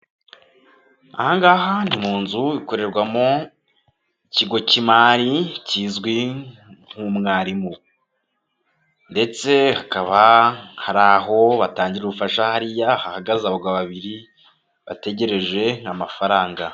Aha ngaha ni mu nzu ikorerwa, ikigo cy'imari kizwi nk'umwarimu ndetse hakaba hari aho batangira ubufasha hariya hahagaze abagabo babiri, bategereje amafaranga.